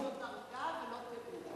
דרגה ולא תיאור.